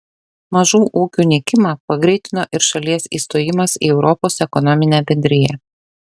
mažų ūkių nykimą pagreitino ir šalies įstojimas į europos ekonominę bendriją